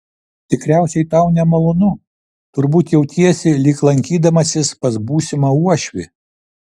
tikriausiai tau nemalonu turbūt jautiesi lyg lankydamasis pas būsimą uošvį